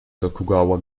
tokugawa